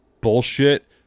bullshit